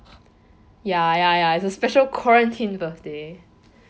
ya ya ya it's a special quarantine birthday